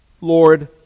Lord